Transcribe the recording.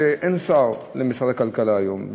שאין שר למשרד הכלכלה היום,